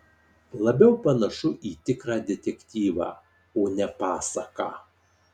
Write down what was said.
labiau panašu į tikrą detektyvą o ne pasaką